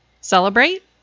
Celebrate